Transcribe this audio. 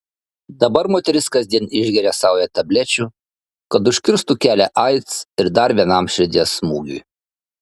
dabar moteris kasdien išgeria saują tablečių kad užkirstų kelią aids ir dar vienam širdies smūgiui